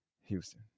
Houston